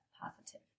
Positive